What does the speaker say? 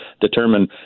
determine